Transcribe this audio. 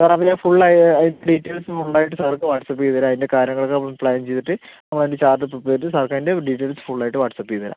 സാറേ പിന്നെ ഫുൾ അത് ഡീറ്റെയിൽസ് ഫുൾ ആയിട്ട് സാർക്ക് വാട്ട്സ്ആപ്പ് ചെയ്തുതരാം അതിൻ്റെ കാര്യങ്ങൾ ഒക്കെ നമ്മൾ പ്ലാൻ ചെയ്തിട്ട് നമ്മൾ അതിന്റെ ചാർജസ് ഉൾപ്പെടുത്തി സാർക്ക് അതിൻ്റെ ഡീറ്റെയിൽസ് ഫുൾ ആയിട്ട് വാട്ട്സ്ആപ്പ് ചെയ്തുതരാം